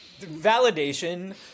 validation